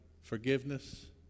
Forgiveness